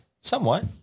Somewhat